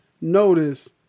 notice